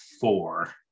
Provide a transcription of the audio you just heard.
four